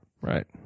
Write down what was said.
Right